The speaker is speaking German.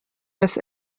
dass